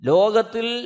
Logatil